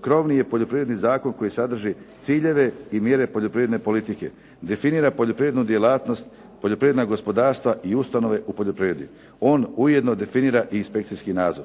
krovni je poljoprivredni zakon koji sadrži ciljeve i mjere poljoprivredne politike, definira poljoprivrednu djelatnost, poljoprivredna gospodarstva i ustanove u poljoprivredi. On ujedno definira i inspekcijski nadzor.